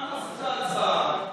ההצבעה,